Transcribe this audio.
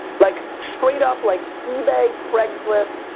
like, straight up like ebay, craig's list,